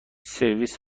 سرویس